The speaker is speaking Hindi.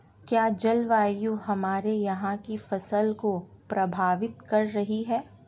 क्या जलवायु हमारे यहाँ की फसल को प्रभावित कर रही है?